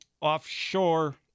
offshore